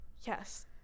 yes